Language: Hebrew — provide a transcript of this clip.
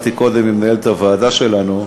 דיברתי קודם עם מנהלת הוועדה שלנו,